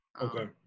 Okay